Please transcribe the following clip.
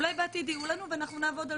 אולי בעתיד יהיו לנו ואנחנו נעבוד על